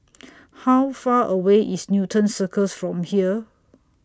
How Far away IS Newton Circus from here